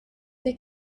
they